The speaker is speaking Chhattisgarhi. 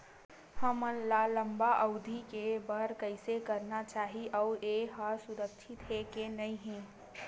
हमन ला लंबा अवधि के बर कइसे करना चाही अउ ये हा सुरक्षित हे के नई हे?